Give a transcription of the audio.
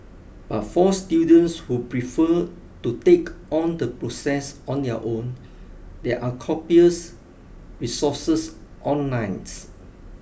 but for students who prefer to take on the process on their own there are copious resources onlines